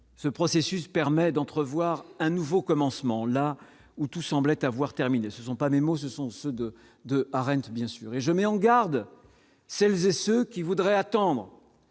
ce processus permet d'entrevoir un nouveau commencement, là où tout semblait avoir terminé, ce ne sont pas mes mots, ce sont ceux de deux Arendt bien sûr et je mets en garde celles et ceux qui voudraient attendre.